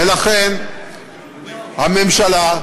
ולכן הממשלה,